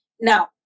Now